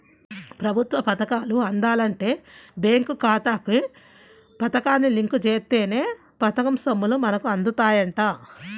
ప్రభుత్వ పథకాలు అందాలంటే బేంకు ఖాతాకు పథకాన్ని లింకు జేత్తేనే పథకం సొమ్ములు మనకు అందుతాయంట